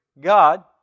God